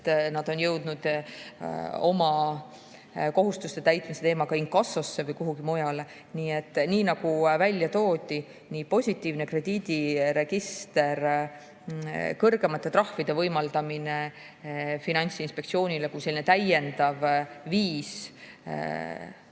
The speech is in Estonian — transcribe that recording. nad on jõudnud oma kohustuste täitmise teemaga inkassosse või kuhugi mujale. Nii et nagu välja toodi: positiivne krediidiregister, kõrgemate trahvide võimaldamine Finantsinspektsioonile kui selline täiendav viis, ma